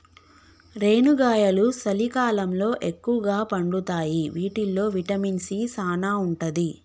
రేనుగాయలు సలికాలంలో ఎక్కుగా పండుతాయి వీటిల్లో విటమిన్ సీ సానా ఉంటది